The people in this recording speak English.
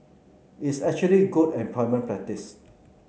it's actually good employment practice